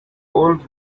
old